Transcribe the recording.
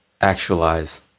actualize